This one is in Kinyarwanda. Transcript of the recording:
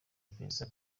iperereza